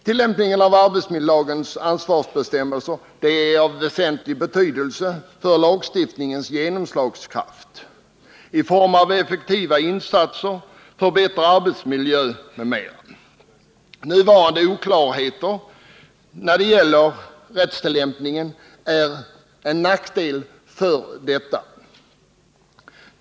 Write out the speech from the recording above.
Tillämpningen av arbetsmiljölagens ansvarsbestämmelser är av väsentlig betydelse för lagstiftningens genomslagskraft i form av effektiva insatser, förbättrad arbetsmiljö m.m. Nuvarande oklarheter när det gäller rättstillämpningen är till nackdel för detta.